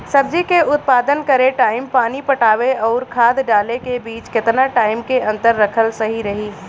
सब्जी के उत्पादन करे टाइम पानी पटावे आउर खाद डाले के बीच केतना टाइम के अंतर रखल सही रही?